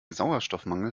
sauerstoffmangel